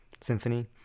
symphony